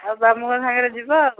ଆଉ ବାବୁଙ୍କ ସାଙ୍ଗରେ ଯିବା ଆଉ